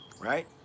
Right